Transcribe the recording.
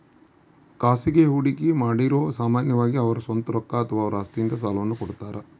ಖಾಸಗಿ ಹೂಡಿಕೆಮಾಡಿರು ಸಾಮಾನ್ಯವಾಗಿ ಅವರ ಸ್ವಂತ ರೊಕ್ಕ ಅಥವಾ ಅವರ ಆಸ್ತಿಯಿಂದ ಸಾಲವನ್ನು ಕೊಡುತ್ತಾರ